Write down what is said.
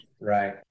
right